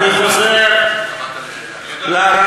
אני שמחה שהוא הגשים, ברקת שהכתיב לו מה להגיד.